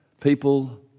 People